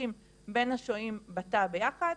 לחיכוכים בין השוהים בתא ביחד.